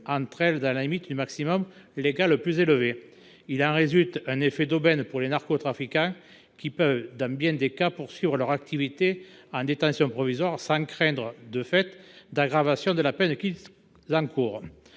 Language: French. entre elles, dans la limite du maximum légal le plus élevé. Il en résulte un effet d’aubaine pour les narcotrafiquants, qui peuvent dans bien des cas poursuivre leur activité en détention provisoire, sans craindre, de fait, d’aggravation de la peine qu’ils encourent.